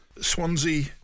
Swansea